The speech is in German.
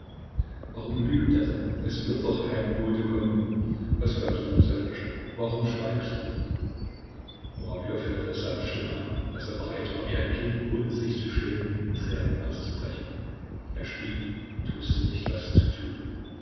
warum lügt er dann es wird doch kein bote kommen wie glaubst du sserjoscha warum schweigst du murawjow hörte es seiner stimme an daß er bereit war wie ein kind ohne sich zu schämen in tränen auszubrechen er schwieg und wußte nicht was zu tun